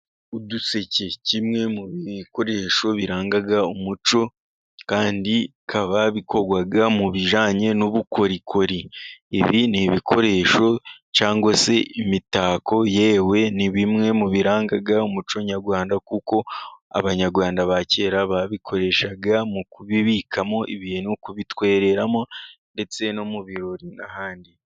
Uduseke kimwe mu bikoresho biranga umuco, kandi bikaba bikorwa mu bijyanye n'ubukorikori, ibi ni ibikoresho cyangwa se imitako, yewe ni bimwe mu biranga umuco nyarwanda kuko Abanyarwanda ba kera babikoreshaga mu kubibikamo ibintu, kubitwereramo ndetse no mu birori n'ahandi.